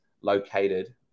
located